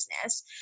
business